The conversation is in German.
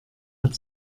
hat